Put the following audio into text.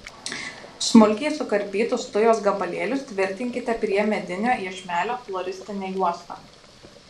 smulkiai sukarpytus tujos gabalėlius tvirtinkite prie medinio iešmelio floristine juosta